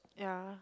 yeah